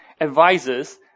advisors